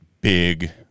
big